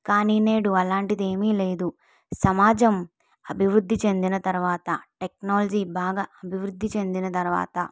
కానీ నేడు అలాంటిదేమీ లేదు సమాజం అభివృద్ధి చెందిన తరువాత టెక్నాలజీ బాగా అభివృద్ధి చెందిన తరువాత